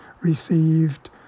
received